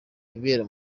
ibibera